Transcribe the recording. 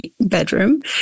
bedroom